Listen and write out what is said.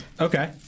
Okay